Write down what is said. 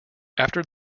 after